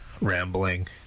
rambling